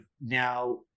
now